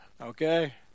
okay